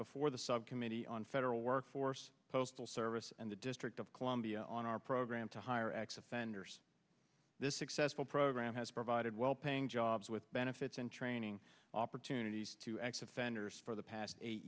before the subcommittee on federal workforce postal service and the district of columbia on our program to hire x offenders this excess fall program has provided well paying jobs with benefits and training opportunities to exit fender's for the past eight